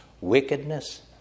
wickedness